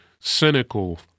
cynical